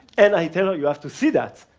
and i tell her, you have to see that.